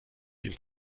den